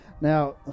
Now